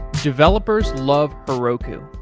developers love heroku,